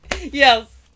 Yes